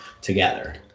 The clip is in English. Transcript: together